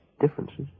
differences